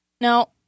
Now